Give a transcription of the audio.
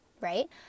right